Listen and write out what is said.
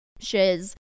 shiz